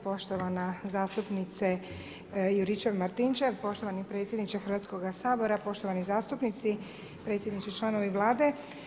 poštovana zastupnice Juričev-Martinčev, poštovani predsjedniče Hrvatskoga sabora, poštovani zastupnici, predsjedniče i članovi Vlade.